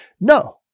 No